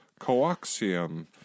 Coaxium